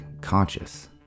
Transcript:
Conscious